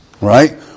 right